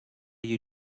you